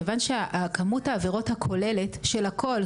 כיוון שכמות העבירות הכוללת של הכול,